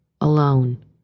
alone